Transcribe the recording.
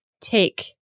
take